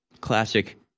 Classic